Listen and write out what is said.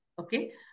Okay